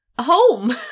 home